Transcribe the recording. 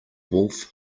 wolf